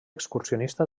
excursionista